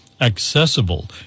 accessible